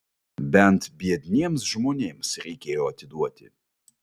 bent biedniems žmonėms reikėjo atiduoti